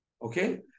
Okay